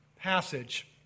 passage